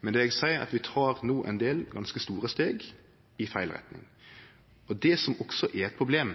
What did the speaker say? men det eg seier, er at vi no tek ein del ganske store steg i feil retning. Det som også er eit problem,